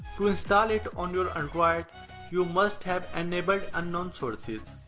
to install it on your android you must have enabled unknown sources.